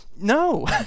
No